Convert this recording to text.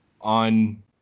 on